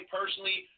personally